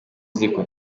ziko